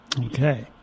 Okay